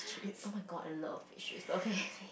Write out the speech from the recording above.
oh-my-god I love pastries okay